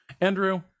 Andrew